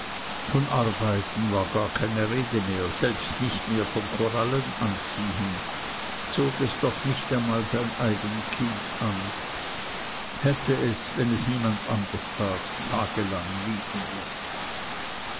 von arbeiten war gar keine rede mehr selbst nicht mehr von korallenanziehen zog es doch nicht einmal sein eigen kind an hätte es wenn es niemand anders tat tagelang liegen lassen